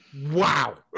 Wow